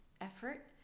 effort